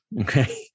okay